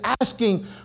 asking